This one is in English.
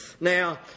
now